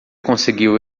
conseguiu